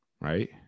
right